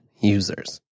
users